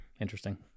interesting